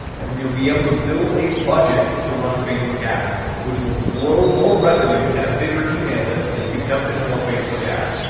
and then you'll be able to build a budget to run facebook ads, which will grow more revenue and a bigger email list that you could dump into more facebook ads,